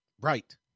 right